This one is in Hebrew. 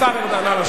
השר ארדן, נא לשבת.